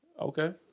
Okay